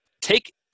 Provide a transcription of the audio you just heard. Take